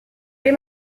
l’ai